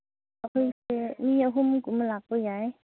ꯑꯩꯈꯣꯏꯁꯦ ꯃꯤ ꯑꯍꯨꯝꯒꯨꯝꯕ ꯂꯥꯛꯄ ꯌꯥꯏ